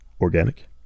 organic